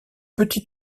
petit